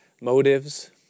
motives